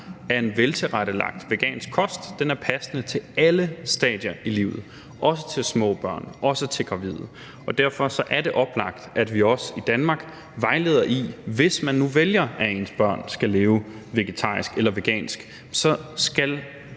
at en veltilrettelagt vegansk kost er passende til alle stadier i livet, også til små børn, også til gravide. Og derfor er det oplagt, at vi også i Danmark vejleder i det. Hvis man nu vælger, at ens børn skal leve vegetarisk eller vegansk, ja, så skal